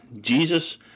Jesus